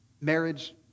Marriage